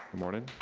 morning,